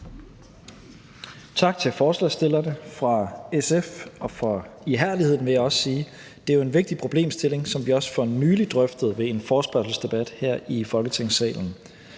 Tak til forslagsstillerne fra SF, og tak for ihærdigheden, vil jeg også sige. Det er jo en vigtig problemstilling, som vi også for nylig drøftede ved en forespørgselsdebat her i Folketingssalen.